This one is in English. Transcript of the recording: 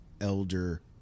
elder